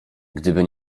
gdyby